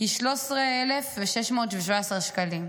היא 13,617 שקלים.